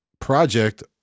project